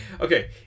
okay